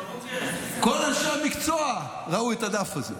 כל אנשי המקצוע ראו את הדף הזה,